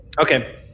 Okay